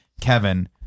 Kevin